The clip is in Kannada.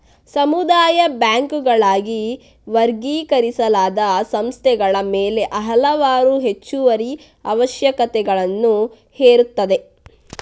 ಸಮುದಾಯ ಬ್ಯಾಂಕುಗಳಾಗಿ ವರ್ಗೀಕರಿಸಲಾದ ಸಂಸ್ಥೆಗಳ ಮೇಲೆ ಹಲವಾರು ಹೆಚ್ಚುವರಿ ಅವಶ್ಯಕತೆಗಳನ್ನು ಹೇರುತ್ತದೆ